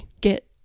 Get